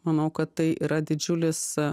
manau kad tai yra didžiulis a